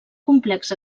complex